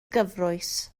gyfrwys